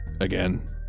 again